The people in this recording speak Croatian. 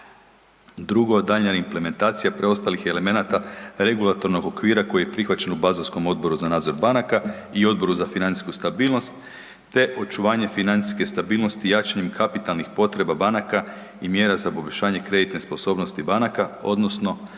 se daljnja implementacija preostalih elemenata regulatornog okvira kojim je prihvaćen u Bazelskom odboru na nadzor banaka i Odboru za financijsku stabilnost. Nastavlja se i očuvanje financijske stabilnosti jačanjem kapitalnih potreba banaka i mjera za poboljšanje kreditne sposobnosti banaka odnosno